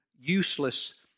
useless